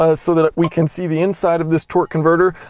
and so that we can see the inside of this torque converter,